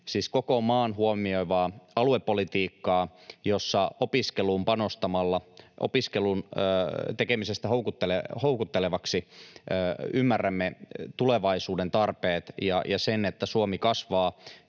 siis koko maan huomioivaa aluepolitiikkaa, jossa opiskeluun panostamalla, opiskelun tekemisellä houkuttelevaksi ymmärrämme tulevaisuuden tarpeet ja sen, että Suomi kasvaa